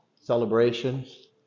celebrations